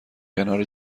کنار